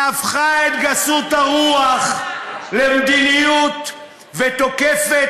שהפכה את גסות הרוח למדיניות ותוקפת